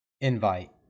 invite